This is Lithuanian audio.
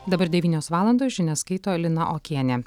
dabar devynios valandos žinias skaito lina okienė